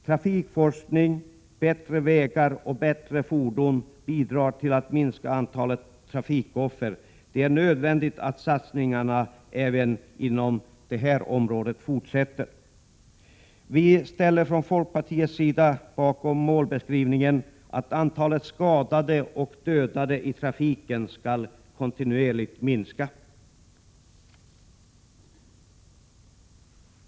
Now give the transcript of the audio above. Trafikforskning, bättre vägar och bättre fordon bidrar till att minska antalet trafikoffer. Det är nödvändigt att satsningarna även inom detta område fortsätter. Vi ställer oss från folkpartiets sida bakom målbeskrivningen att antalet skadade och dödade i trafiken kontinuerligt skall minska.